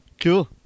Cool